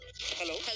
Hello